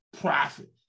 profit